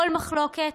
כל מחלוקת,